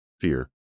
Fear